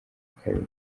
kabiri